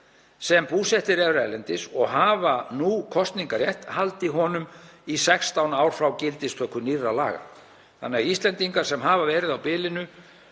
sem búsettir eru erlendis og hafa nú kosningarrétt haldi honum í 16 ár frá gildistöku nýrra laga þannig að Íslendingar sem hafa verið á bilinu